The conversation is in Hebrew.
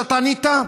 שאתה ענית?